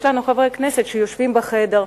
יש לנו חברי כנסת שיושבים בחדר,